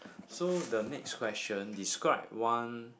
so the next question describe one